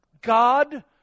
God